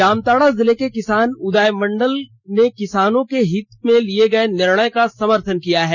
जामताड़ा जिले के किसान उदय मंडल ने किसानों के हित में लिए गए निर्णय का समर्थन किया है